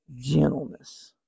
gentleness